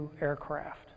aircraft